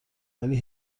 ولی